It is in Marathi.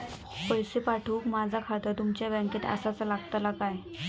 पैसे पाठुक माझा खाता तुमच्या बँकेत आसाचा लागताला काय?